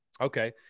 Okay